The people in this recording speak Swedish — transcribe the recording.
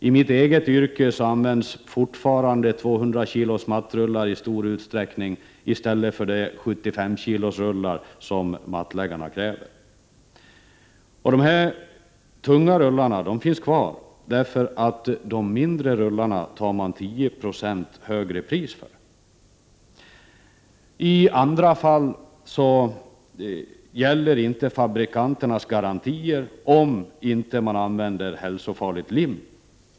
I mitt eget yrke används fortfarande 200 kilos mattrullar i stor utsträckning i stället för de 75 kilos rullar som mattläggarna kräver. Dessa tunga rullar finns kvar därför att de mindre rullarna kostar 10 26 mer. I andra fall gäller inte fabrikantens garanti, om inte ett hälsofarligt lim används.